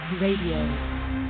Radio